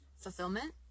fulfillment